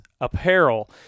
apparel